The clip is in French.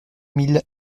mille